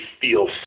feel